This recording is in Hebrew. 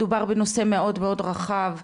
מדובר בנושא מאוד מאוד רחב,